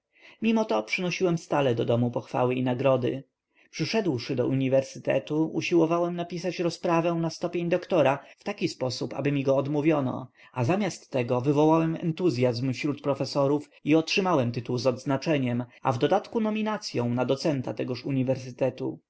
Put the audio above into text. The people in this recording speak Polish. mimo to przynosiłem stale do domu pochwały i nagrody przeszedłszy do uniwersytetu usiłowałem napisać rozprawę na stopień doktora w taki sposób aby mi go odmówiono a zamiast tego wywołałem entuzyazm wśród profesorów i otrzymałem tytuł z odznaczeniem a w dodatku nominacyą na docenta tegoż uniwersytetu